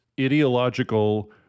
ideological